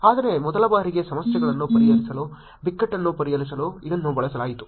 ಆದರೆ ಮೊದಲ ಬಾರಿಗೆ ಸಮಸ್ಯೆಗಳನ್ನು ಪರಿಹರಿಸಲು ಬಿಕ್ಕಟ್ಟನ್ನು ಪರಿಹರಿಸಲು ಇದನ್ನು ಬಳಸಲಾಯಿತು